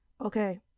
Okay